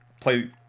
play